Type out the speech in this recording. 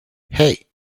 hey